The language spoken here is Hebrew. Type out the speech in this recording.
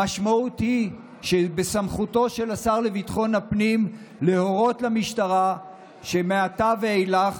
המשמעות היא שבסמכותו של השר לביטחון הפנים להורות למשטרה שמעתה ואילך